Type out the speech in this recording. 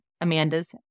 Amanda's